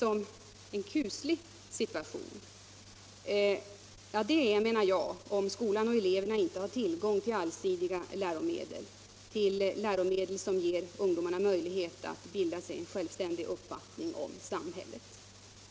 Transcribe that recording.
Ja, en sådan uppstår enligt min mening om skolan och eleverna inte har tillgång till allsidiga läromedel, till läromedel som ger ungdomarna möjlighet att bilda sig en självständig uppfattning om samhället.